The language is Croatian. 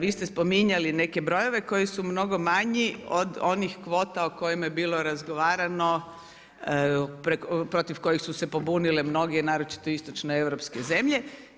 Vi ste spominjali neke brojeve koji su mnogo manji od onih kvota o kojima je bilo razgovarano, protiv kojih su se pobunile mnoge naročito istočno europske zemlje.